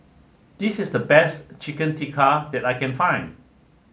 this is the best Chicken Tikka that I can find